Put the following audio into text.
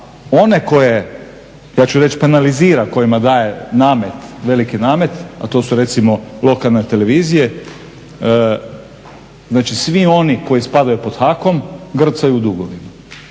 one koje, ja ću reći penalizira, kojima daje namet, veliki namet, a to su recimo lokalne televizije, znači svi oni koji spadaju pod Hakom grcaju u dugovima.